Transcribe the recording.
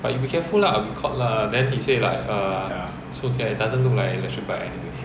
but you be careful lah will be caught then he said like err it's okay it doesn't look like electric bike anyway